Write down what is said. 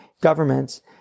governments